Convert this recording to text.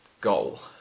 goal